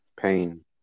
Pain